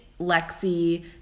Lexi